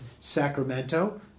Sacramento